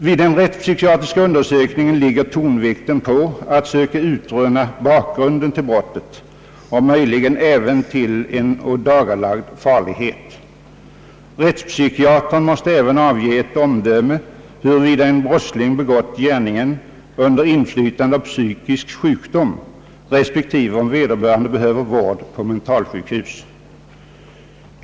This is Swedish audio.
Vid den rättspsykiatriska undersökningen ligger tonvikten på att söka utröna bakgrunden till brottet och möjligen även till en ådagalagd farlighet. Rättspsykiatern måste även avge ett omdöme huruvida en brottsling begått gärningen under inflytande av psykisk sjukdom, respektive om vederbörande behöver vård på mentalsjukhus.